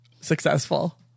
successful